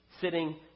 sitting